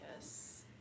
Yes